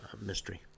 mystery